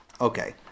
Okay